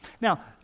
Now